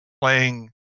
playing